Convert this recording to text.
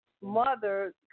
mother